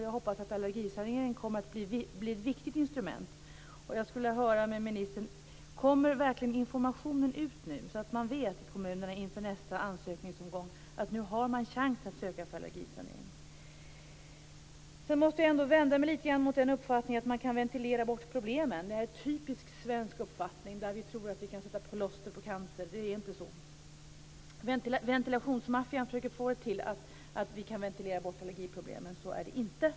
Jag hoppas att allergisaneringen blir ett viktigt instrument. Jag måste vända mig mot uppfattningen att man kan ventilera bort problemen. Det är en typisk svensk uppfattning. Vi tror att vi kan sätta plåster på cancer. Det är inte så. Ventilationsmaffian försöker få det till att vi kan ventilera bort allergiproblemen. Så är det inte.